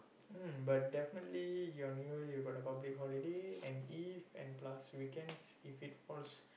mm but definitely your New Year you got the public holiday and eve and plus weekends if it falls